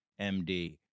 md